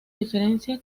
diferencia